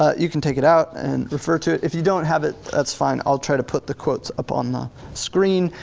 ah you can take it out, and refer to it, if you don't have it, that's fine, i'll try to put the quotes up on the screen.